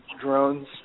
drones